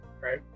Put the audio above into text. Right